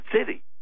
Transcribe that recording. city